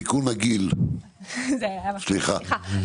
בבקשה.